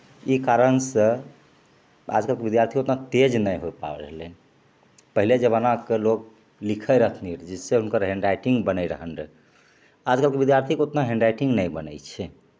ई कारणसे आजकलके विद्यार्थी ओतना तेज नहि होइ पा रहलै हँ पहिले जमानाके लोक लिखै रहथिन रहै जिससे हुनकर हैण्डराइटिन्ग बनै रहनि रहै आजकलके विद्यार्थीके ओतना हैण्डराइटिन्ग नहि बनै छै